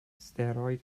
steroid